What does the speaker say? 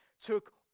took